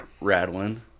rattling